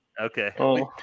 Okay